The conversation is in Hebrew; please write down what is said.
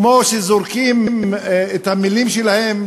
כמו שזורקים את המילים שלהם,